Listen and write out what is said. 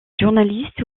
journalistes